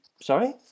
sorry